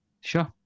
Sure